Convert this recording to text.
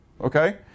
Okay